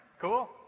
cool